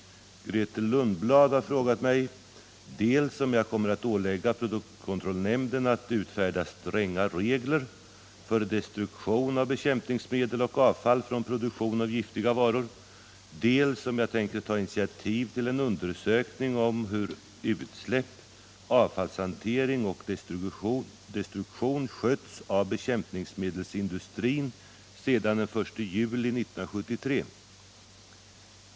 Grethe Lundblad har frågat mig dels om jag kommer att ålägga produktkontrollnämnden att utfärda stränga regler för destruktion av bekämpningsmedel och avfall från produktion av giftiga varor, dels om jag tänker ta initiativ till en undersökning av hur utsläpp, avfallshantering och destruktion skötts av bekämpningsmedelsindustrin sedan den 1 juli 1973.